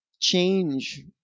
change